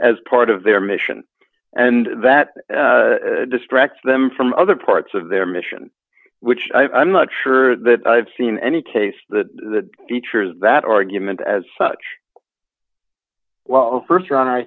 as part of their mission and that distracts them from other parts of their mission which i'm not sure that i've seen any case that the teachers that argument as such well the st roun